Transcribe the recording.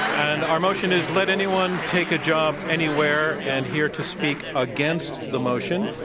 and our motion is, let anyone take a job anywhere. and here to speak against the motion,